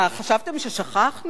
מה, חשבתם ששכחנו?